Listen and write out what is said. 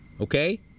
Okay